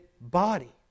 body